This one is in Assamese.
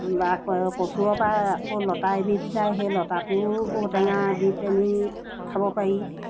বা ক কচুৰ পৰা আকৌ লতা এবিধ যায় সেই লতাটোও ঔটেঙা দি পেলানি খাব পাৰি